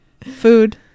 Food